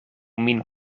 min